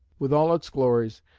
with all its glories,